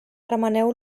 remeneu